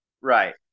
Right